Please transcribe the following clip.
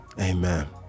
Amen